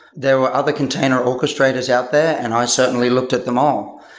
there were other container orchestrators out there and i certainly looked at them all.